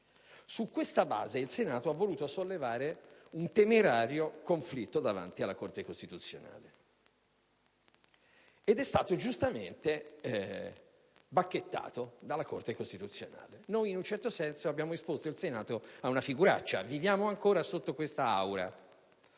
Su questa base il Senato ha voluto sollevare un temerario conflitto davanti alla Corte costituzionale ed è stato giustamente bacchettato dalla Suprema Corte. In un certo senso, noi abbiamo esposto il Senato a una figuraccia - viviamo ancora sotto questa aura